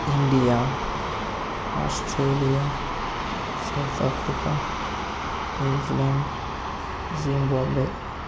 India Australia South Africa New Zealand Zimbabwe